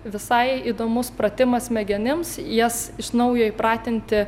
visai įdomus pratimas smegenims jas iš naujo įpratinti